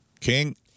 King